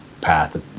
path